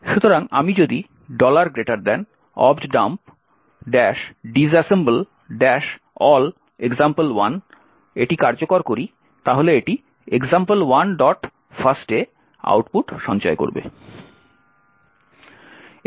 সুতরাং আমি যদি objdump -disassemble all example1 কার্যকর করি তাহলে এটি example1lst এ আউটপুট সঞ্চয় করবে